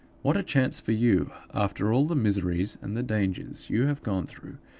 what a chance for you, after all the miseries and the dangers you have gone through,